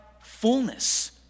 fullness